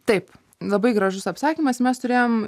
taip labai gražus apsakymas mes turėjom